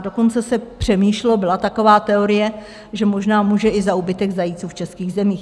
Dokonce se přemýšlelo, byla taková teorie, že to možná může i za úbytek zajíců v českých zemích.